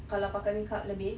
kalau pakai makeup lebih